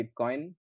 Bitcoin